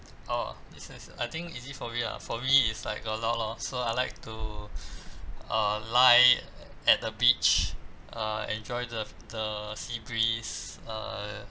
orh this is I think easy for me lah for me is like got a lot lor so I like to uh lie at the beach uh enjoy the the sea breeze err